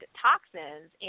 toxins